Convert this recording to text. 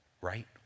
right